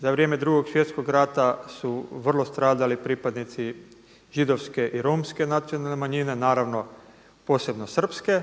za vrijeme Drugog svjetskog rata su vrlo stradali pripadnici židovske i romske nacionalne manjine, naravno posebno srpske.